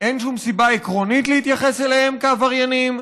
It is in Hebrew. עקרונית להתייחס אליהם כעבריינים.